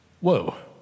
Whoa